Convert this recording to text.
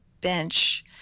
bench